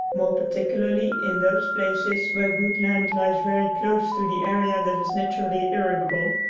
more particularly in those places where good land lies very close to the area that is naturally irrigable,